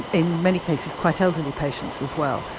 in many cases, quite elderly patients as well.